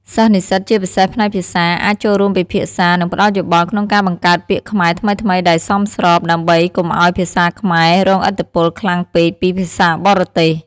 សិស្សនិស្សិត ជាពិសេសផ្នែកភាសា អាចចូលរួមពិភាក្សា និងផ្តល់យោបល់ក្នុងការបង្កើតពាក្យខ្មែរថ្មីៗដែលសមស្រប ដើម្បីកុំឱ្យភាសាខ្មែររងឥទ្ធិពលខ្លាំងពេកពីភាសាបរទេស។